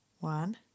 One